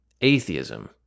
Atheism